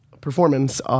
performance